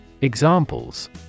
Examples